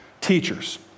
teachers